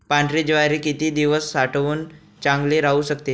पांढरी ज्वारी किती दिवस साठवून चांगली राहू शकते?